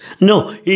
No